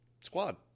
squad